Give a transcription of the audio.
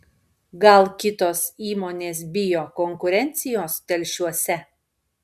gal kitos įmonės bijo konkurencijos telšiuose